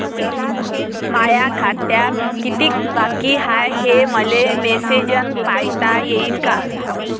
माया खात्यात कितीक बाकी हाय, हे मले मेसेजन पायता येईन का?